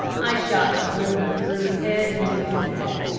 i shot bruno through his head into his neck.